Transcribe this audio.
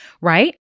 right